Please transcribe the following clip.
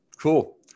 cool